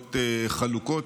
הדעות חלוקות,